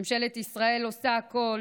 ממשלת ישראל עושה הכול